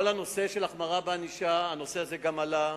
כל הנושא של החמרה בענישה, הנושא הזה גם עלה,